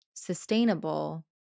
sustainable